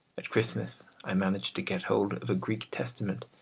at christmas i managed to get hold of a greek testament,